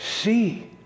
see